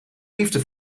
liefde